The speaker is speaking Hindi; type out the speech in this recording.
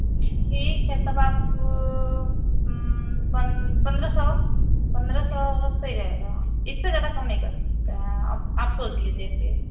ठीक है तब आप पंद्रह सौ पंद्रह सौ सही रहेगा इससे ज़्यादा कम नहीं कर सकते हैं आप आप सोच लीजिए फिर